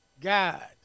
God